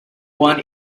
one